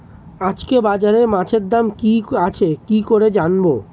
আজকে বাজারে মাছের দাম কি আছে কি করে জানবো?